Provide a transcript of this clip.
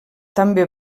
també